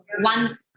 one